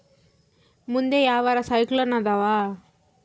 ಮುಂದೆ ಯಾವರ ಸೈಕ್ಲೋನ್ ಅದಾವ?